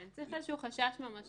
כן, צריך איזה חשש ממשי.